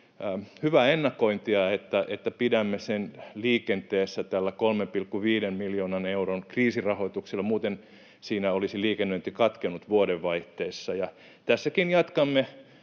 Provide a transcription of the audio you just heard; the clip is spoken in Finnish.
hyvää ennakointia, että pidämme sen liikenteessä tällä 3,5 miljoonan euron kriisirahoituksella, muuten siinä olisi liikennöinti katkennut vuodenvaihteessa. Tässäkin jatkamme